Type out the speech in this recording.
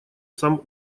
сам